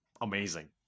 amazing